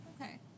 Okay